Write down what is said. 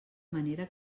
manera